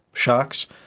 sharks,